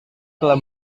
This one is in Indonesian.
telah